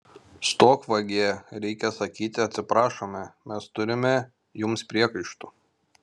stok vagie reikia sakyti atsiprašome mes turime jums priekaištų